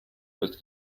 bald